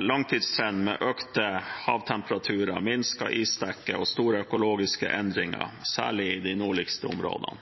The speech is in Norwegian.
langtidstrend med økte havtemperaturer, minsket isdekke og store økologiske endringer, særlig i de nordligste områdene.